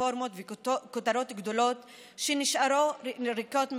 רפורמות וכותרות גדולות הנשארות ריקות מתוכן.